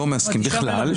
ואני לא מסכים בכלל,